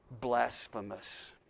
blasphemous